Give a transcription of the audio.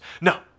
no